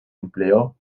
empleó